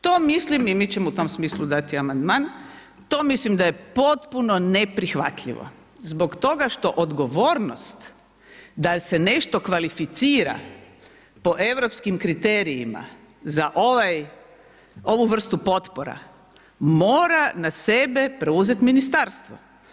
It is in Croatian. To mislim, i mi ćemo u tom smislu dati amandman, to mislim da je potpuno neprihvatljivo zbog toga što odgovornost da se nešto kvalificira po europskim kriterijima za ovu vrstu potpora, mora na sebe preuzeti ministarstvo.